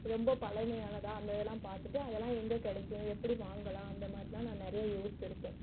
ரொம்ப பழமையானதா அந்த இதெலாம் பார்த்துட்டு அதெலாம் எங்கே கிடைக்கும் எப்படி வாங்கலாம் அந்த மாதிரில்லாம் நான் நிறையா யோசிச்சுருக்கேன்